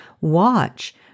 watch